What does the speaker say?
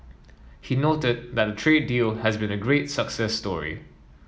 he noted that the trade deal has been a great success story